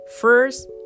first